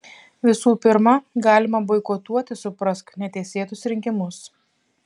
visų pirma galima boikotuoti suprask neteisėtus rinkimus